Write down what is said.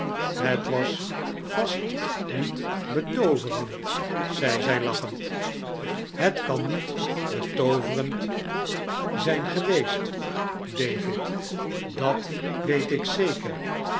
het was vast niet betpoverend zei zij lachend het kan niet betooverend zijn geweest david dat weet ik zeker